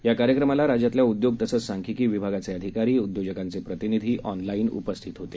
या कार्यक्रमाला राज्यातल्या उद्योग तसंच सांख्यिकी विभागाचे अधिकारी उद्योजकांचे प्रतिनिधी ऑनलाईन उपस्थित होते